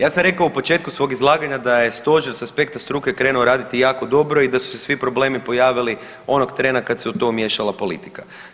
Ja sam rekao u početku svog izlaganja da je stožer sa aspekta struke krenuo raditi jako dobro i da su se svi problemi pojavili onog trena kada se u to umiješala politika.